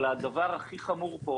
אבל הדבר הכי חמור פה